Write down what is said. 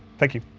thank you